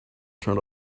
turned